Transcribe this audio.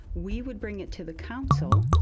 we would bring it to the council.